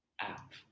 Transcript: App